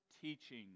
teaching